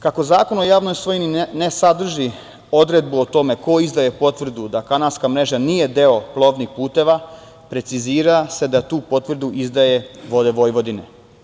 Kako Zakon o javnoj svojini ne sadrži odredbu o tome ko izdaje potvrdu da kanalska mreža nije deo plovnih puteva, precizira se da tu potvrdu izdaje "Vode Vojvodine"